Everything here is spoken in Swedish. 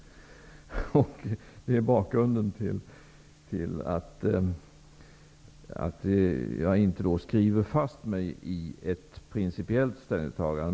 Detta är bakgrunden till att jag inte skriver mig fast i ett principiellt ställningstagande.